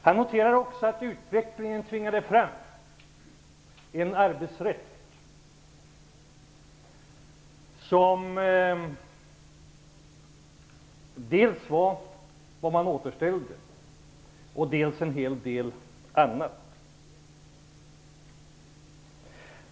Han noterar också att utveckligen tvingade fram en arbetsrätt som dels var vad man återställde, dels en hel del annat.